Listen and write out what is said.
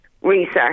research